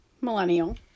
Millennial